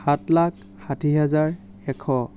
সাত লাখ ষাঠী হাজাৰ এশ